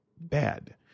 bad